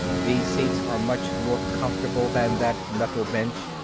the seats are much more comfortable than that metal bench.